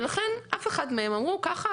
הם אמרו, ככה?